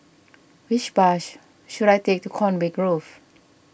which bus should I take to Conway Grove